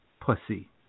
pussy